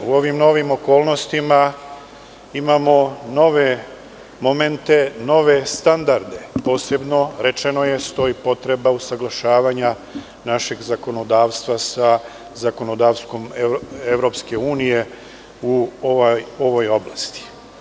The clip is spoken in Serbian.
U ovim novim okolnostima imamo nove momente, nove standarde, a posebno je rečeno da postoji potreba usaglašavanja našeg zakonodavstva sa zakonodavstvom EU u ovoj oblasti.